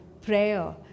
prayer